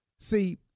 See